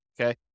okay